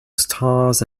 stars